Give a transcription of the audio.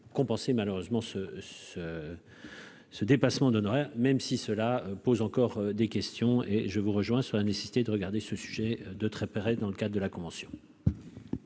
compenser, malheureusement ce ce ce dépassement d'honoraire, même si cela pose encore des questions et je vous rejoins sur la nécessité de regarder ce sujet de très près, dans le cadre de la convention.